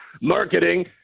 marketing